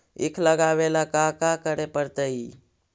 ईख लगावे ला का का करे पड़तैई?